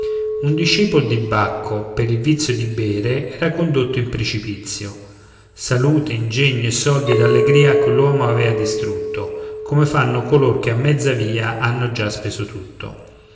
un discepol di bacco per il vizio di bere era condotto in precipizio salute ingegno e soldi ed allegria quell'uom avea distrutto come fanno color che a mezza via hanno già speso tutto